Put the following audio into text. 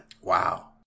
wow